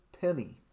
penny